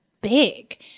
big